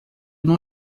não